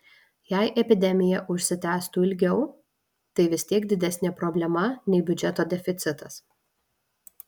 jei epidemija užsitęstų ilgiau tai vis tiek didesnė problema nei biudžeto deficitas